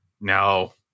No